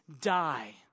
die